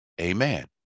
Amen